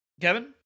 Kevin